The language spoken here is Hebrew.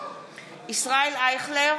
ישראל אייכלר,